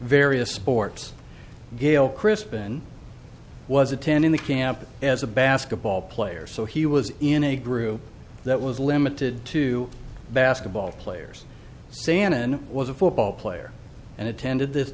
various sports gail chris been was attending the camp as a basketball player so he was in a group that was limited to basketball players c n n was a football player and attended